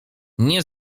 nie